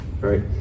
right